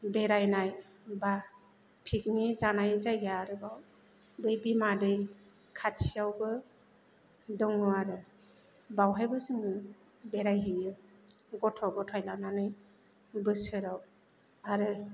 बेरायनाय बा पिकनि जानाय जायगा आरोबाव बै बिमा दै खाथियावबो दङ आरो बावहायबो जोङो बेरायहैयो गथ' ग'थाय लानानै बोसोराव आरो